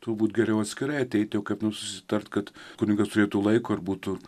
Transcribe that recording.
turbūt geriau atskirai ateit jau kaip nors susitart kad kunigas turėtų laiko ir būtų